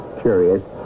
curious